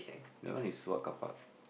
that one is what carpark